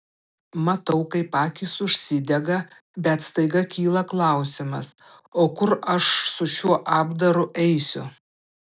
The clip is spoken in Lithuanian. matau kaip akys užsidega bet staiga kyla klausimas o kur aš su šiuo apdaru eisiu